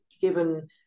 given